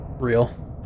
real